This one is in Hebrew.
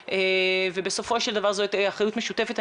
בסופו של דבר זאת אחריות משותפת.